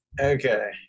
Okay